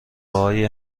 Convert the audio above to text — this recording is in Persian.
های